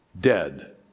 dead